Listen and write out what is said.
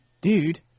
Dude